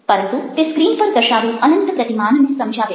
પરંતુ તે સ્ક્રીન પર દર્શાવેલ અનંત પ્રતિમાનને સમજાવે છે